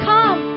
Come